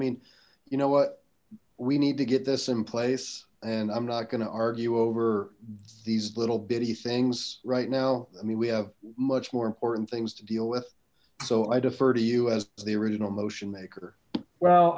mean you know what we need to get this in place and i'm not gonna argue over these little bitty things right now i mean we have much more important things to deal with so i defer to you as the original motion maker well